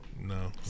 no